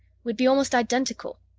we'd be almost identical.